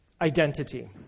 Identity